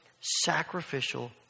sacrificial